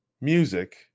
music